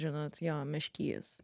žinot jo meškys